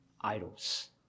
idols